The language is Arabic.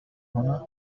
هنا